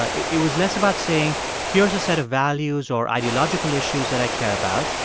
ah it was less about saying here's a set of values or ideological issues that i care about.